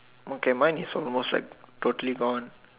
okay mine is almost like totally gone